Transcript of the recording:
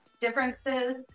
differences